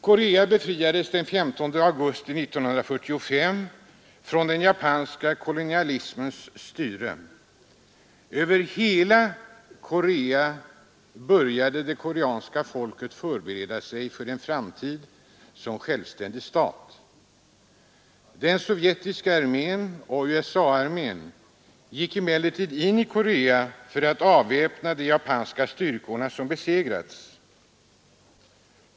Korea befriades den 15 augusti 1945 från den japanska kolonialismens styre. Över hela Korea började det koreanska folket förbereda sig för en framtid som självständig stat. Den sovjetiska armén och USA-armén gick emellertid in i Korea för att avväpna de japanska styrkorna som besegrats.